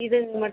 இதுங்க மட்டும்